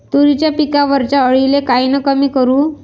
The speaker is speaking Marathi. तुरीच्या पिकावरच्या अळीले कायनं कमी करू?